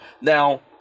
now